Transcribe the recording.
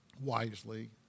wisely